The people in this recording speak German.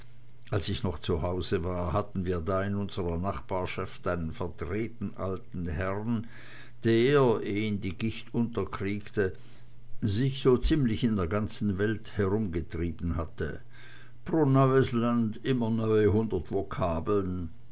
als ich noch zu hause war hatten wir da ganz in unsrer nachbarschaft einen verdrehten alten herrn der eh ihn die gicht unterkriegte sich so ziemlich in der ganzen welt herumgetrieben hatte pro neues land immer neue hundert